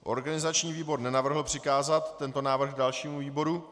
Organizační výbor nenavrhl přikázat tento návrh dalšímu výboru.